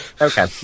Okay